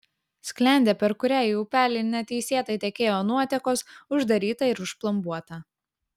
sklendė per kurią į upelį neteisėtai tekėjo nuotekos uždaryta ir užplombuota